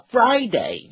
Friday